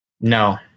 no